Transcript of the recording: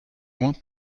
want